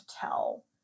tell